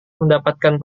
mendapatkan